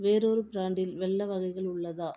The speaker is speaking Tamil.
வேறொரு பிராண்டில் வெல்லம் வகைகள் உள்ளதா